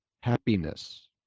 happiness